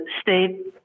state